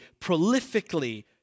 prolifically